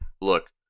look